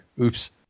oops